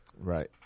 Right